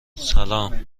سلام